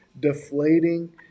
deflating